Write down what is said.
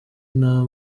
nta